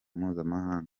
mpuzamahanga